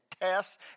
tests